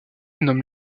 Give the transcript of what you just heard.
nomme